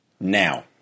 Now